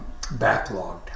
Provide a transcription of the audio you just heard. backlogged